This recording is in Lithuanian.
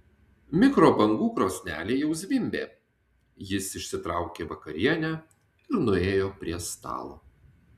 mikrobangų krosnelė jau zvimbė jis išsitraukė vakarienę ir nuėjo prie stalo